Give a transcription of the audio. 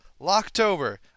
Locktober